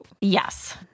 Yes